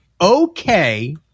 okay